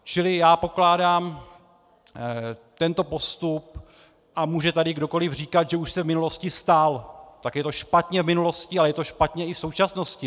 Čili já pokládám tento postup, a může tady kdokoliv říkat, že už se v minulosti stal, tak je to špatně v minulosti a je to špatně v současnosti.